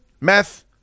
meth